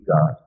God